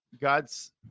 God's